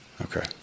Okay